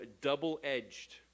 double-edged